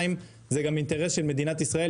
שנית, זה גם אינטרס של מדינת ישראל.